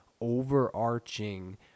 overarching